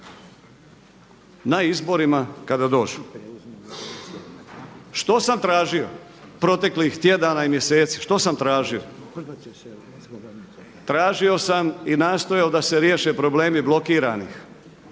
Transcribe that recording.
na izborima kada dođu. Što sam tražio proteklih tjedana i mjeseci? Što sam tražio? Tražio sam i nastojao da se riješe problemi blokiranih